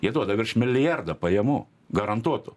jie duoda virš milijardo pajamų garantuotų